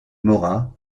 mora